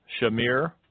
Shamir